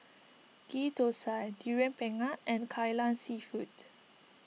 Ghee Thosai Durian Pengat and Kai Lan Seafood